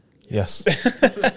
Yes